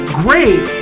great